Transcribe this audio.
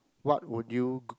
what would you